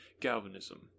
galvanism